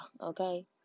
okay